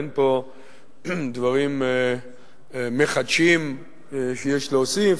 אין פה דברים מחדשים שיש להוסיף.